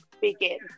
begin